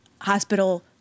hospital